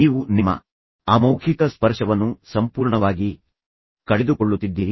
ನೀವು ನಿಮ್ಮ ಅಮೌಖಿಕ ಸ್ಪರ್ಶವನ್ನು ಸಂಪೂರ್ಣವಾಗಿ ಕಳೆದುಕೊಳ್ಳುತ್ತಿದ್ದೀರಿ